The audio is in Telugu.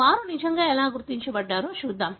వారు నిజంగా ఎలా గుర్తించబడ్డారో చూద్దాం